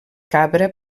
cabra